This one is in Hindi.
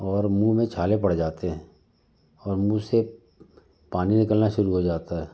और मुँह में छाले पड़ जाते हैं और मुँह से पानी निकालना शुरू हो जाता है